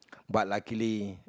but luckily